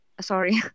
Sorry